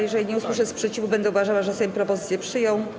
Jeżeli nie usłyszę sprzeciwu, będę uważała, że Sejm propozycję przyjął.